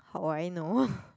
how would I know